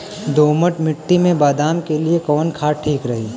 दोमट मिट्टी मे बादाम के लिए कवन खाद ठीक रही?